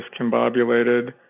discombobulated